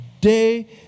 day